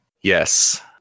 Yes